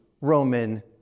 Roman